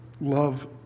love